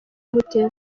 gute